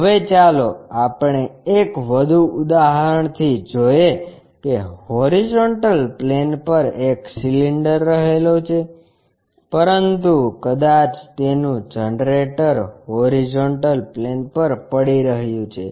હવે ચાલો આપણે એક વધુ ઉદાહરણ થી જોઈએ કે હોરીઝોન્ટલ પ્લેન પર એક સિલિન્ડર રહેલો છે પરંતુ કદાચ તેનું જનરેટર હોરીઝોન્ટલ પ્લેન પર પડી રહ્યું છે